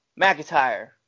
McIntyre